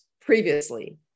previously